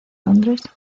londres